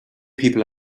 people